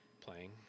playing